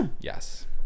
Yes